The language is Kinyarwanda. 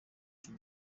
icyo